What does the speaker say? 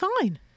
fine